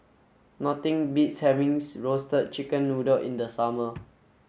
nothing beats having roasted chicken noodle in the summer